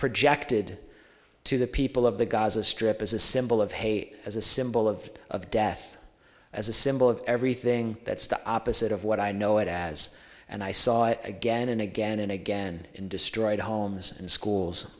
projected to the people of the gaza strip as a symbol of hate as a symbol of of death as a symbol of everything that's the opposite of what i know it as and i saw it again and again and again and destroyed homes and schools